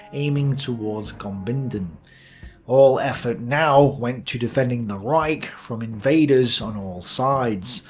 aiming towards gumbinnen. all effort now went to defending the reich from invaders on all sides,